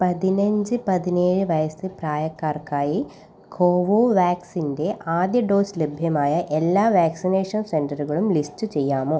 പതിനഞ്ച് പതിനേഴ് വയസ്സ് പ്രായക്കാർക്കായി കോവോവാക്സിൻ്റെ ആദ്യ ഡോസ് ലഭ്യമായ എല്ലാ വാക്സിനേഷൻ സെൻ്ററുകളും ലിസ്റ്റ് ചെയ്യാമോ